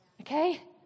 Okay